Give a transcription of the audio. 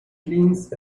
cleans